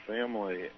family